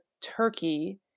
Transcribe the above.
turkey